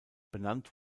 benannt